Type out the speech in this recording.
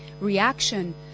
reaction